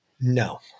No